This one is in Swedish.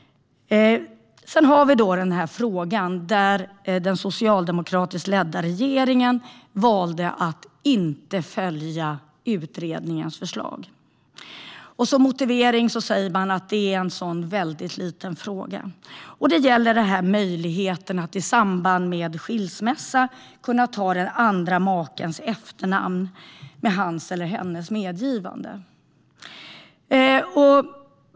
Så till frågan där den socialdemokratiskt ledda regeringen valde att inte följa utredningens förslag. Som motivering angav man att det är en mycket liten fråga. Det gäller möjligheten att i samband med skilsmässa kunna ta makens eller makans efternamn med hans eller hennes medgivande.